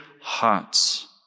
hearts